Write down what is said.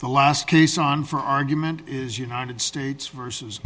the last case on for argument is united states versus